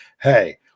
hey